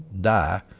die